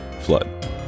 Flood